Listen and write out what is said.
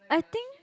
I think